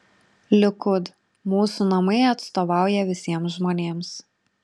likud mūsų namai atstovauja visiems žmonėms